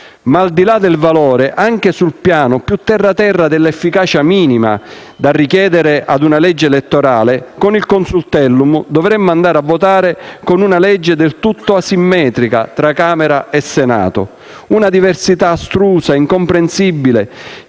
di là, però, del valore, anche sul piano più terra terra della efficacia minima da richiedere a una legge elettorale, con il Consultellum dovremmo andare a votare con una legge del tutto asimmetrica tra Camera e Senato. Una diversità astrusa e incomprensibile,